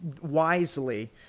wisely